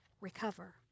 recover